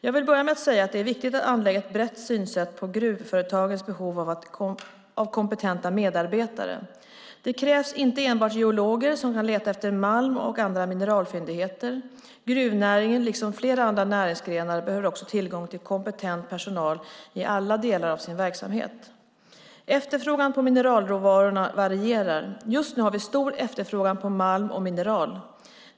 Jag vill börja med att säga att det är viktigt att anlägga ett brett synsätt på gruvföretagens behov av kompetenta medarbetare. Det krävs inte enbart geologer som kan leta efter malm och andra mineralfyndigheter. Gruvnäringen, liksom flera andra näringsgrenar, behöver också tillgång till kompetent personal i alla delar av sin verksamhet. Efterfrågan på mineralråvarorna varierar. Just nu har vi stor efterfrågan på malm och mineral.